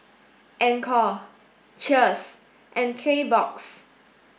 Anchor Cheers and Kbox